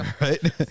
right